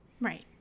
Right